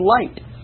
light